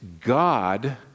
God